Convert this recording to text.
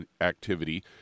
activity